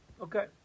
Okay